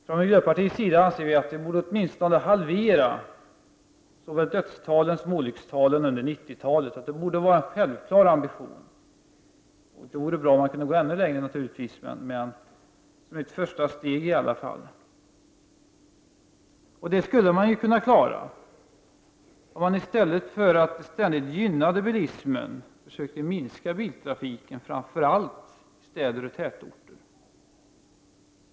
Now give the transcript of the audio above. Från miljöpartiets sida anser vi att det borde vara en självklar ambition att åtminstone halvera såväl dödstalen som olyckstalen under 90-talet, som ett första steg i alla fall — det vore naturligtvis bra om man kunde nå ännu längre. Det skulle man kunna klara, om man i stället för att ständigt gynna bilismen försökte minska biltrafiken, framför allt i städer och tätorter.